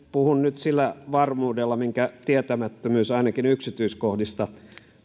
puhun nyt sillä varmuudella minkä tietämättömyys ainakin yksityiskohdista